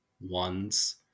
ones